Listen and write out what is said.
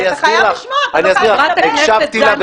אני אשקול את העמדה שלי.